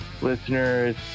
listeners